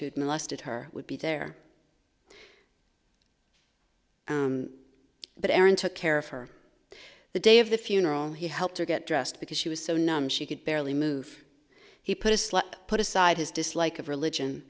who molested her would be there but aaron took care of her the day of the funeral he helped her get dressed because she was so numb she could barely move he put a slut put aside his dislike of religion